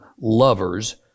lovers